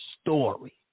story